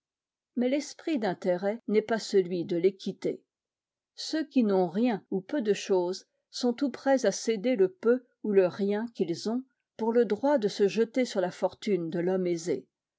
mais l'esprit d'intérêt n'est pas celui de l'équité ceux qui n'ont rien ou peu de chose sont tout prêts à céder le peu ou le rien qu'ils ont pour le droit de se jeter sur la fortune de l'homme aisé